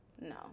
No